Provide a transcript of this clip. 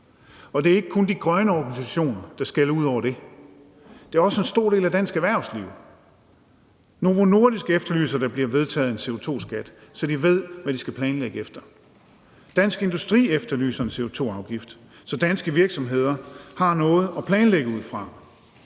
Og det er ikke kun de grønne organisationer, der skælder ud over det, det er også en stor del af dansk erhvervsliv. Novo Nordisk efterlyser, at der bliver vedtaget en CO2-skat, så de ved, hvad de skal planlægge efter. Dansk Industri efterlyser en CO2-afgift, så danske virksomheder har noget at planlægge ud fra.